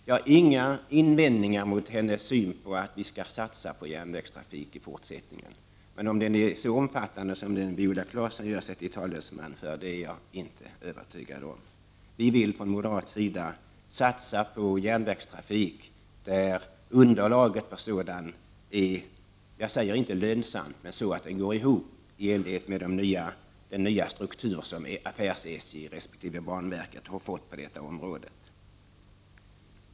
Jag har inga invändningar mot Viola Claessons tal om att vi skall satsa på järnvägstrafik i fortsättningen. Men att den är så omfattande som Viola Claesson påstår är jag inte övertygad om. Vi vill från moderat sida satsa på järnvägstrafik, där underlaget är sådant att verksamheten går ihop — jag säger inte att den skall vara lönsam — i enlighet med den nya struktur som affärs-SJ resp. banverket har fått på detta område.